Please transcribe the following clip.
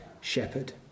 shepherd